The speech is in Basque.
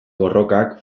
borrokak